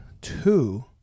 two